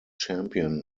champion